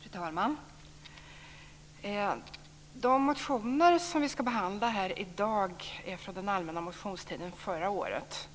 Fru talman! De motioner som vi ska behandla i dag är från den allmänna motionstiden förra året.